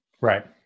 Right